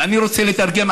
ואני רוצה לתרגם,